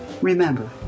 Remember